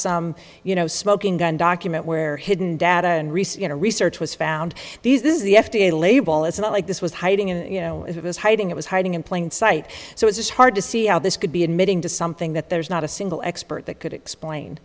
some you know smoking gun document where hidden data and research into research was found these this is the f d a label it's not like this was hiding in you know it was hiding it was hiding in plain sight so it's hard to see how this could be admitting to something that there's not a single expert that could explain